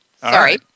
Sorry